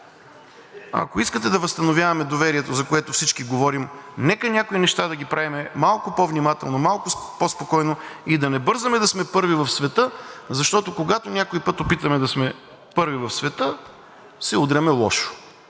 Ако искате да възстановяваме доверието, за което всички говорим, нека някой неща да ги правим малко по-внимателно, малко по-спокойно и да не бързаме да сме първи в света. Защото, когато някой път опитаме да сме първи в света, се удряме лошо.